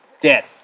dead